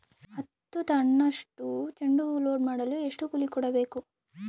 ಹತ್ತು ಟನ್ನಷ್ಟು ಚೆಂಡುಹೂ ಲೋಡ್ ಮಾಡಲು ಎಷ್ಟು ಕೂಲಿ ಕೊಡಬೇಕು?